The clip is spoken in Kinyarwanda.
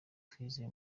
twizeye